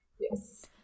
Yes